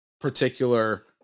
particular